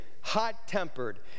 hot-tempered